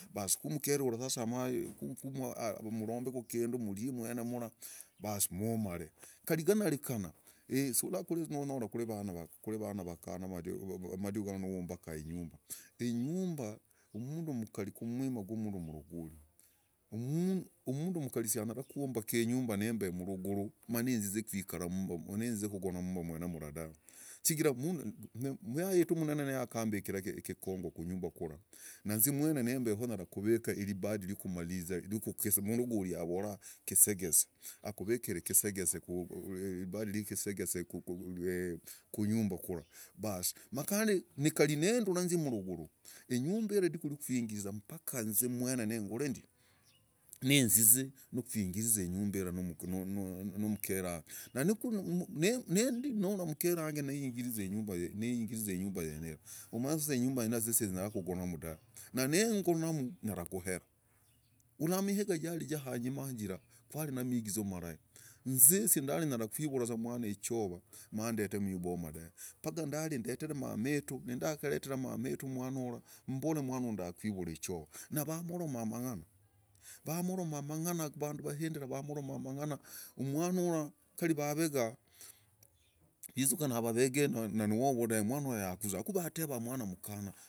Baas kurwumkerura rwaiua baas kumromberaku kindu mryi mwenemura baas mumare kari ganyarikana hii kuhula kuri vana. kuri vakana madiku gano nuwumbaka inyumba, inyumba. umundu mkari kumwima gwa mndu mrogori umndu mkari sianyara kwumbaka inyumba nembe mruguru maninziza kwikara ninzize kogona mmba mmba mwene mradave. chigira myayitu mnene niyakambira kekongo. kunyumba kura nannzi nembeho nyara kufika iribadi ryukumaliza ryukukisa lla mrogori avora kesegese kunyumba kura baas makandi kari nindura nzyi mruguru inyumbira iridiku inyumbira numkerange na ni nindi umkerange nitingiriza inyumba yenira umanye sasa inyumba yenira nnzi sianyara kugonamu dave nanengonamu nyara kohera ula mmihiga jari jahanyimara kwari namigizu marahi nnzi sindari nyara kwivura umwana ichova mandete mwiboma da paga ndari ndetere mamitu nindakaretera mamitu mwnauram. mmbole. mwanuyu ndakwivura ichova. navamoroma mang'ana. vamoroma mang'ana vandu vahindira vamoroma mang'ana, vamoroma mang'ana vamoroma mang'ana vandu vahindira vamoroma mang'ana umwanaura kari vavega. yizukana vavege nanuwovo dave umwanura yakuza kuvateva mwana mukana.